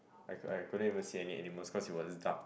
I I couldn't even see any animals cause it was dark